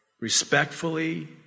respectfully